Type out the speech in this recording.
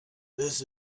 this